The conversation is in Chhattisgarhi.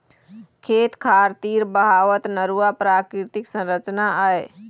खेत खार तीर बहावत नरूवा प्राकृतिक संरचना आय